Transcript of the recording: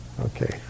Okay